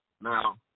Now